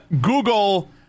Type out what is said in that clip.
Google